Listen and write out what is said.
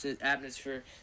atmosphere